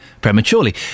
prematurely